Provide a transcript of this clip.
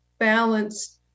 balance